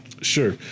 Sure